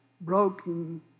broken